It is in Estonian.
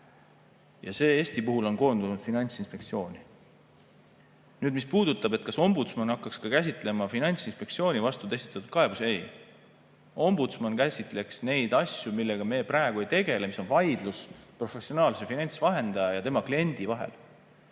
Eesti puhul on see koondunud Finantsinspektsiooni. Mis puudutab seda, kas ombudsman hakkaks käsitlema Finantsinspektsiooni vastu esitatud kaebusi, siis ei. Ombudsman käsitleks neid asju, millega me praegu ei tegele, mis on vaidlus professionaalse finantsvahendaja ja tema kliendi vahel.